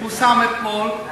פורסם אתמול.